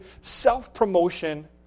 self-promotion